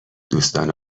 دوستان